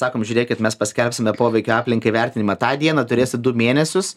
sakom žiūrėkit mes paskelbsime poveikio aplinkai vertinimą tą dieną turėsit du mėnesius